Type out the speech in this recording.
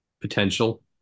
potential